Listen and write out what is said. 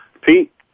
Pete